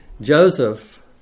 Joseph